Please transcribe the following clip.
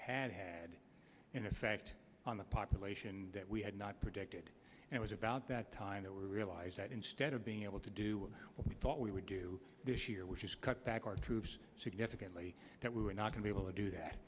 had had an effect on the population that we had not predicted it was about that time that we realized that instead of being able to do what we thought we would do this year which is cut back our troops significantly that we were not going be able to do that